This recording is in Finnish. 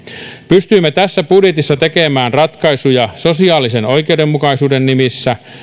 pystyimme tässä budjetissa tekemään ratkaisuja sosiaalisen oikeudenmukaisuuden nimissä